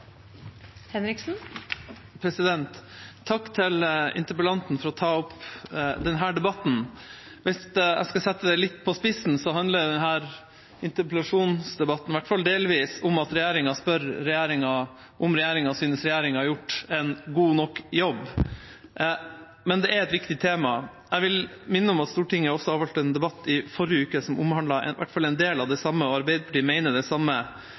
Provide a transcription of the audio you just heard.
Takk til interpellanten for å ta opp denne debatten. Hvis jeg skal sette det litt på spissen, handler denne interpellasjonsdebatten i hvert fall delvis om at regjeringa spør regjeringa om regjeringa synes regjeringa har gjort en god nok jobb. Men det er et viktig tema. Jeg vil minne om at Stortinget også avholdt en debatt i forrige uke som omhandlet i hvert fall en del av det samme, og Arbeiderpartiet mener det samme